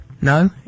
no